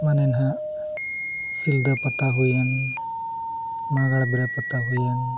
ᱢᱟᱱᱮ ᱱᱟᱜ ᱥᱤᱞᱫᱟᱹ ᱯᱟᱛᱟ ᱦᱩᱭᱮᱱ ᱢᱟᱜᱟᱲ ᱵᱮᱨᱟ ᱯᱟᱛᱟ ᱦᱩᱭᱮᱱ